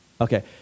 Okay